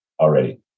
already